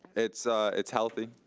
it's it's healthy.